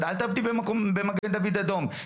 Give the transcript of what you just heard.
אל תעבדי במגן דוד אדום,